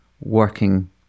working